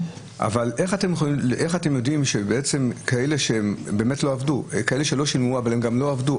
איך אתם יודעים על כאלה שלא שילמו אבל הם גם לא עבדו?